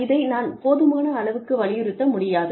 இதை நான் போதுமான அளவுக்கு வலியுறுத்த முடியாது